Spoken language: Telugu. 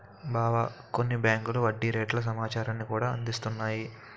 బావా కొన్ని బేంకులు వడ్డీ రేట్ల సమాచారాన్ని కూడా అందిస్తున్నాయి